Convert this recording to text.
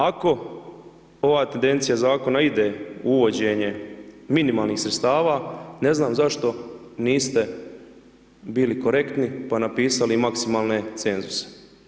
Ako ova tendencija Zakona ide u uvođenje minimalnih sredstava, ne znam zašto niste bili korektni, pa napisali maksimalne cenzuse.